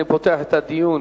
אני פותח את הדיון